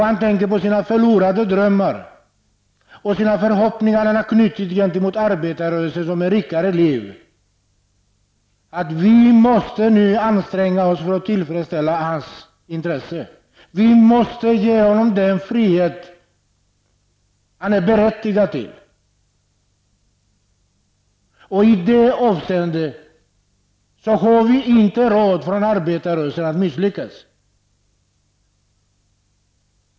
Han tänker på sina förlorade drömmar och på de förhoppningar som han har knutit till arbetarrörelsen om ett rikare liv. Vi måste nu anstränga oss för att tillfredsställa hans intressen. Vi måste ge honom den frihet som han är berättigad till. Och i det avseendet har vi från arbetarrörelsen inte råd att misslyckas.